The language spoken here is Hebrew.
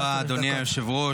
תודה רבה, אדוני היושב-ראש.